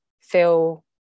feel